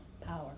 power